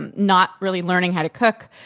and not really learning how to cook.